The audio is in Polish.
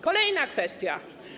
Kolejna kwestia.